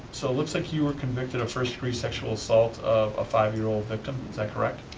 so it looks like you were convicted of first degree sexual assault of a five year old victim. is that correct?